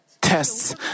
tests